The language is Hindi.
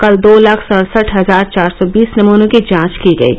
कल दो लाख सडसठ हजार चार सौ बीस नमनों की जांच की गयी